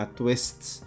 twists